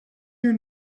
your